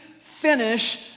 Finish